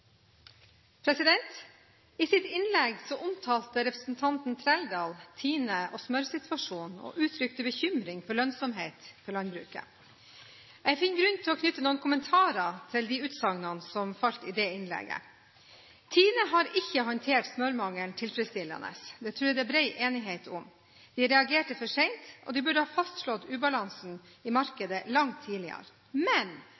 I sitt innlegg omtalte representanten Trældal Tine og smørsituasjonen og uttrykte bekymring for lønnsomhet for landbruket. Jeg finner grunn til å knytte noen kommentarer til de utsagnene som falt i det innlegget. Tine har ikke håndtert smørmangelen tilfredsstillende. Det tror jeg det er bred enighet om. De reagerte for sent, og de burde ha fastslått ubalansen i markedet langt tidligere. Men